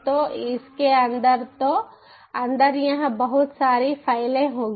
तो इसके अंदर तो अंदर यह बहुत सारी फाइलें होंगी